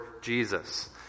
Jesus